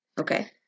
Okay